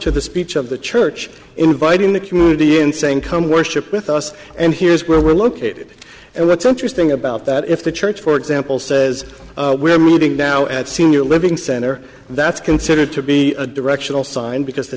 to this each of the church inviting the community in saying come worship with us and here's where we're located and what's interesting about that if the church for example says we're moving down at senior living center that's considered to be a directional sign because the